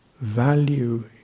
value